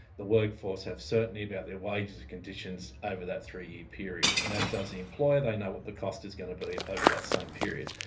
the workforce have certainty about their wages and conditions ah over that three-year period. and as does the employer, they know what the cost is going to be over that same period.